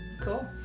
Cool